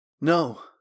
No